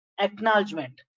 acknowledgement